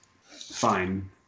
fine